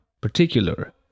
particular